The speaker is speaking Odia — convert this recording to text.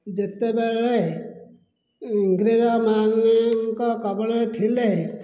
ଯେତେବେଳେ ଇଂରେଜ୍ମାନଙ୍କ କବଳରେ ଥିଲେ